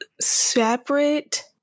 separate